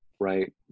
Right